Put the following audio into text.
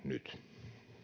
nyt